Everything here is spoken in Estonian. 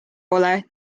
pole